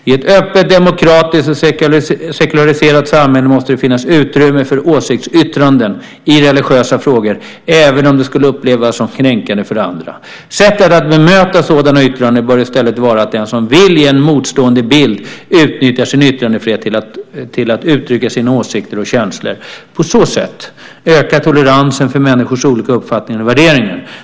I ett öppet, demokratiskt och sekulariserat samhälle måste det finnas utrymme för åsiktsyttranden i religiösa frågor även om de skulle kunna upplevas som kränkande för andra. Sättet att bemöta sådana yttranden bör i stället vara att den som vill ge en motstående bild utnyttjar sin yttrandefrihet till att uttrycka sina åsikter och känslor. På så sätt ökar toleransen för människors olika uppfattningar och värderingar.